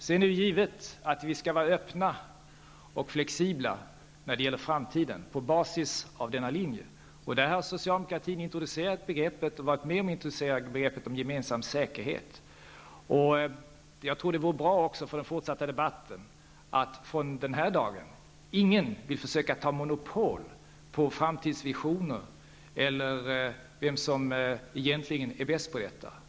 Sedan är det givet att vi, på basis av denna linje, skall vara öppna och flexibla när det gäller framtiden. I detta sammanhang har socialdemokratin varit med om att introducera begreppet gemensam säkerhet. Jag tror att det vore bra för den fortsatta debatten om från den här dagen ingen försöker ta monopol på framtidsvisioner eller på att vara bäst på detta.